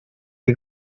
que